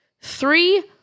three